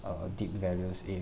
uh deep values